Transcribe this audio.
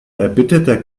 erbitterter